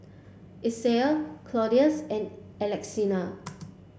Isaiah Claudius and Alexina